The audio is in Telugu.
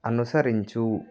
అనుసరించు